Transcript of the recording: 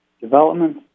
Development